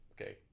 Okay